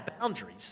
boundaries